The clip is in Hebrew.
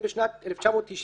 אם בשנת 1998,